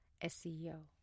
SEO